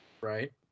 Right